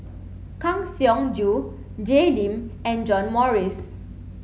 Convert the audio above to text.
Kang Siong Joo Jay Lim and John Morrice